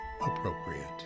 appropriate